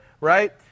right